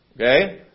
Okay